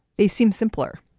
they seemed simpler.